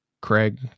Craig